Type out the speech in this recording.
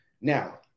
now